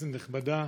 כנסת נכבדה,